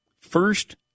First